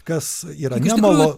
kas yra nemalo